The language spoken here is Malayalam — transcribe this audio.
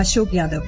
അശോക് യാദവ്